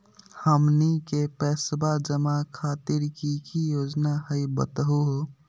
हमनी के पैसवा जमा खातीर की की योजना हई बतहु हो?